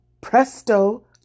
presto